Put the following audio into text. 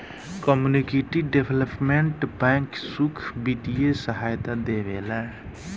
community development bank सुख बित्तीय सहायता देवेला